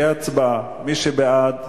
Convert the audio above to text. תהיה הצבעה: מי שבעד,